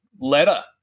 letter